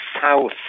south